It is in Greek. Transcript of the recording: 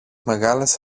μεγάλες